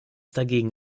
dagegen